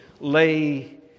lay